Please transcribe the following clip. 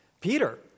Peter